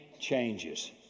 changes